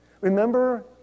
Remember